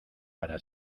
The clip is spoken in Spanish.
para